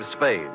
Spade